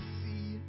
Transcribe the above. see